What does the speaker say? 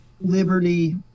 liberty